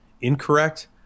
incorrect